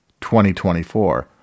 2024